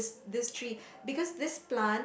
this tree because this plant